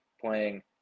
playing